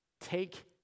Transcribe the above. take